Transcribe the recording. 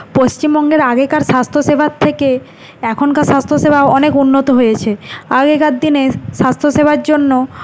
পশ্চিমবঙ্গের আগেকার স্বাস্থ্যসেবার থেকে এখনকার স্বাস্থ্যসেবা অনেক উন্নত হয়েছে আগেকার দিনে স্বাস্থ্যসেবার জন্য